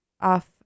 off